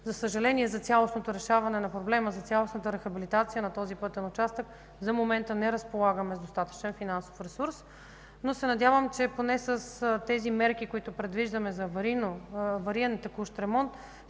За съжаление за цялостното решаване на проблема, за цялостната рехабилитация на този пътен участък за момента не разполагаме с достатъчно финансов ресурс, но се надявам, че поне с тези мерки, които предвиждаме за авариен текущ ремонт,